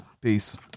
Peace